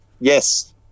yes